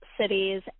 cities